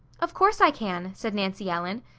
of course i can, said nancy ellen.